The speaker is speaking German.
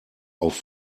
auf